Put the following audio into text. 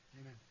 Amen